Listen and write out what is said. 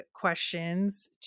questions